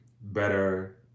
better